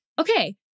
okay